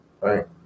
right